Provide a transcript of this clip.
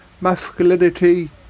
masculinity